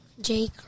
Jake